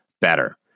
better